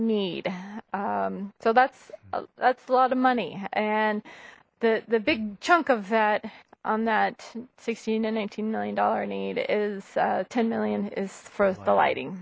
need so that's that's a lot of money and the the big chunk of that on that sixteen and eighteen million dollar need is ten million is first the lighting